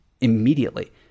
immediately